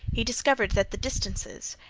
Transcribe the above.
he discovered that the distances,